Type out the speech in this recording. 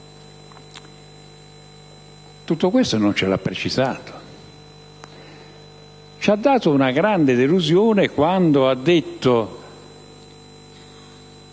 Tutto questo non ce l'ha precisato. C'è stata una grande delusione quando ha detto